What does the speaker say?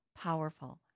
powerful